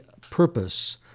purpose